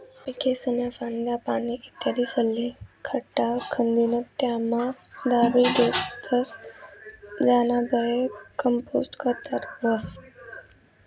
पीकेस्न्या फांद्या, पाने, इत्यादिस्ले खड्डा खंदीन त्यामा दाबी देतस ज्यानाबये कंपोस्ट खत तयार व्हस